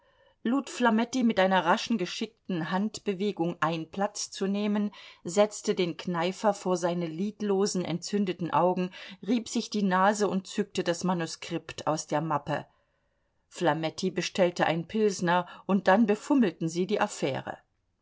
lud flametti mit einer raschen geschickten handbewegung ein platz zu nehmen setzte den kneifer vor seine lidlosen entzündeten augen rieb sich die nase und zückte das manuskript aus der mappe flametti bestellte ein pilsner und dann befummelten sie die affäre